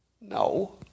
No